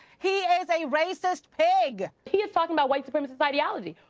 he is a racist pig. he's talking about white supremacist ideology.